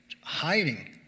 hiding